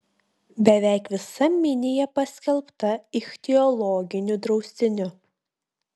beveik visa minija paskelbta ichtiologiniu draustiniu